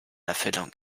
erfüllung